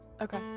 Okay